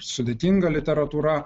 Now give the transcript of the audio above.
sudėtinga literatūra